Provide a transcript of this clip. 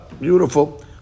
Beautiful